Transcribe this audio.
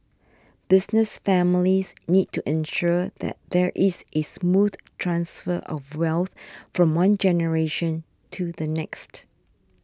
business families need to ensure that there is a smooth transfer of wealth from one generation to the next